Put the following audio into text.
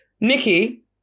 nikki